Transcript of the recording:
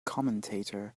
commentator